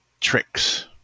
tricks